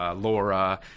Laura